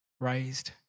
raised